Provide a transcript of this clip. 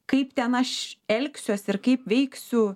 kaip ten aš elgsiuosi ir kaip veiksiu